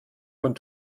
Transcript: von